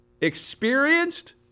experienced